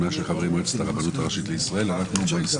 של חברי מועצת הרבנות הראשית לישראל) (הוראת שעה),